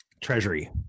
treasury